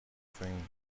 things